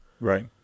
Right